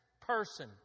person